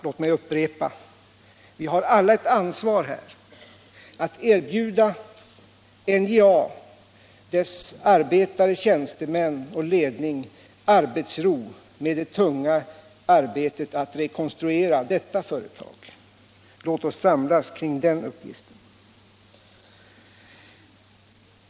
Jag upprepar att vi alla har ett ansvar att erbjuda NJA, dess arbetare, tjänstemän och ledning arbetsro med det tunga jobbet att rekonstruera detta företag. Låt oss samlas kring den uppgiften!